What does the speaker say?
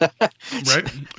Right